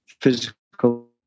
physical